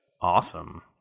Awesome